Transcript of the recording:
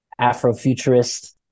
Afrofuturist